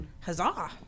Huzzah